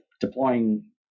deploying